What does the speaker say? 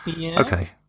Okay